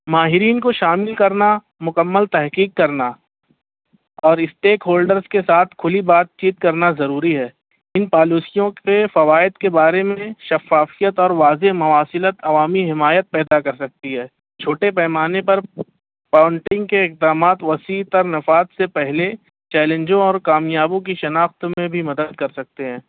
ماہرین کو شامل کرنا مکمل تحقیق کرنا اور اسٹیک ہولڈرس کے ساتھ کھلی بات چیت کرنا ضروری ہے ان پالیسیوں کے فوائد کے بارے میں شفافیت اور واضح مواصلت عوامی حمایت پیدا کرسکتی ہے چھوٹے پیمانہ پر کاؤنٹنگ کے اقدامات وسیع تر نفاذ سے پہلے چیلنجوں اور کامیابوں کی شناخت میں بھی مدد کر سکتے ہیں